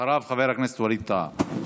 אחריו, חבר הכנסת ווליד טאהא.